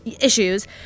issues